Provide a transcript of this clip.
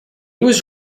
was